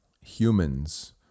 humans